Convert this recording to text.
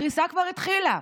הקריסה כבר התחילה.